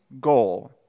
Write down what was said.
goal